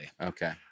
okay